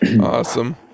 Awesome